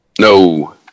No